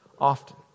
often